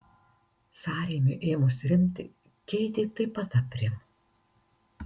sąrėmiui ėmus rimti keitė taip pat aprimo